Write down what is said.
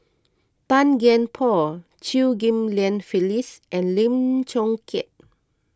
Tan Kian Por Chew Ghim Lian Phyllis and Lim Chong Keat